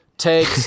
take